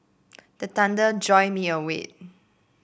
the thunder jolt me awake